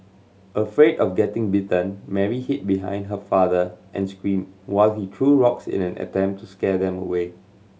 afraid of getting bitten Mary hid behind her father and screamed while he threw rocks in an attempt to scare them away